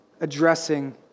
addressing